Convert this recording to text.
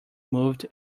moved